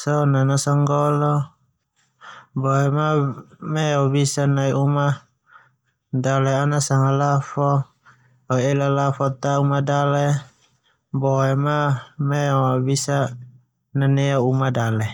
sono ana nasonggolo, boema meo biasa nai uma dale ana sanga lafo ho ela lafo ta uma dale, boema meo bisa nanea uma dale.